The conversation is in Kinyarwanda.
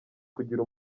kugira